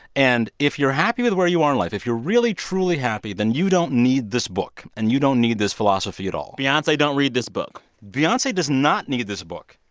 and if you're happy with where you are in life, if you're really truly happy, then you don't need this book. and you don't need this philosophy at all beyonce, don't read this book beyonce does not need this book.